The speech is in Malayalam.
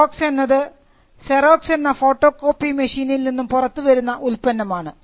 സെറോക്സ് എന്നത് സെറോക്സ് എന്ന ഫോട്ടോകോപ്പി മെഷീനിൽ നിന്നും പുറത്തുവരുന്ന ഉൽപന്നമാണ്